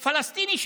פלסטיני.